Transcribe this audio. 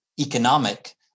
economic